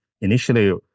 initially